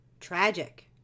Tragic